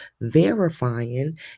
verifying